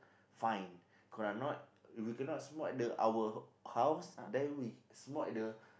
fine correct or not if we do not smoke at our own house then we smoke at the